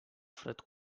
fred